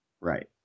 Right